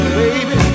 baby